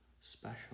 special